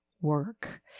work